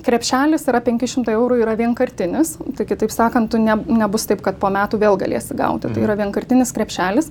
krepšelis yra penki šimtai eurų yra vienkartinis tai kitaip sakant tu ne nebus taip kad po metų vėl galėsi gauti tai yra vienkartinis krepšelis